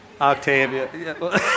Octavia